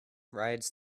rides